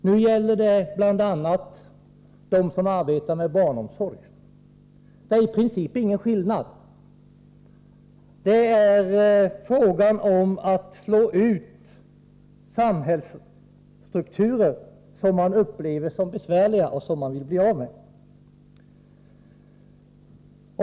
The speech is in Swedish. Nu gäller det bl.a. dem som arbetar med barnomsorg. Det är i princip ingen skillnad. Det är frågan om att slå ut samhällsstrukturer som man upplever som besvärliga och som man vill bli av med.